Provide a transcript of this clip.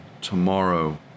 tomorrow